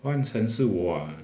换成是我 ah